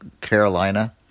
Carolina